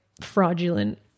fraudulent